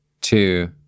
two